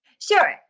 Sure